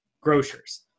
grocers